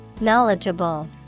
Knowledgeable